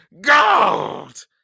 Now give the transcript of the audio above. Gold